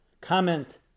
comment